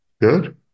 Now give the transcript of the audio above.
Good